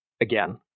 again